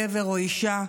גבר או אישה,